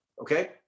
Okay